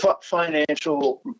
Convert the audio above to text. financial